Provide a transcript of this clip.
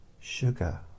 sugar